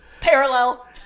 Parallel